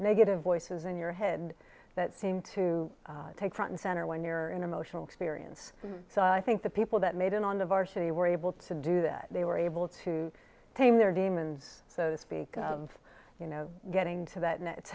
negative voices in your head that seem to take front and center when you're in emotional experience so i think the people that made it on the varsity were able to do that they were able to tame their demons so to speak of you know getting to that ne